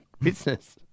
business